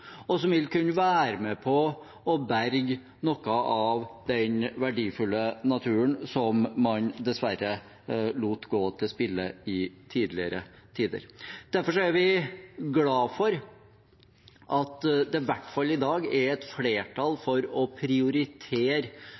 og som vil kunne være med på å berge noe av den verdifulle naturen som man dessverre lot gå til spille i tidligere tider. Derfor er vi glad for at det i hvert fall i dag er et flertall for å